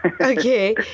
Okay